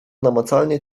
namacalnie